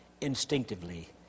instinctively